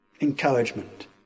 encouragement